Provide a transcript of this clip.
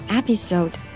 episode